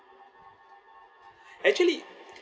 actually